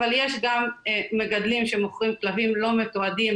אבל יש גם מגדלים שמוכרים כלבים לא מתועדים,